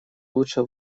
лучше